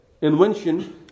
Invention